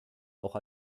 auch